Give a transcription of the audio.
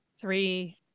three